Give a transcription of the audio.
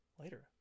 later